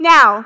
Now